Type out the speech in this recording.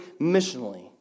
missionally